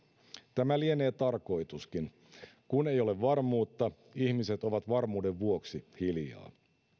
tämä lienee tarkoituskin kun ei ole varmuutta ihmiset ovat varmuuden vuoksi hiljaa